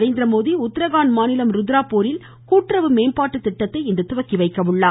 நரேந்திரமோதி உத்தரகாண்ட் மாநிலம் ருத்ராப்பூரில் கூட்டுறவு மேம்பாட்டுத்திட்டத்தை இன்று துவக்கிவைக்கிறார்